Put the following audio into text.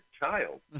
child